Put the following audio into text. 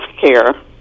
care